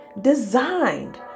designed